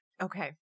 okay